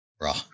raw